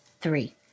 three